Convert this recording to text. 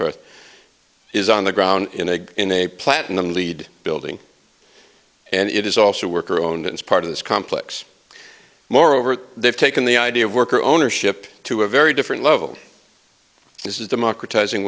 forth is on the ground in a in a platinum lead building and it is also work or own it's part of this complex moreover they've taken the idea of worker ownership to a very different level this is democratizing